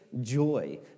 joy